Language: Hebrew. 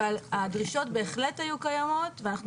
אבל הדרישות בהחלט היו קיימות ואנחנו